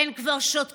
הן כבר שותקות